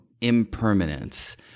impermanence